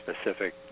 specific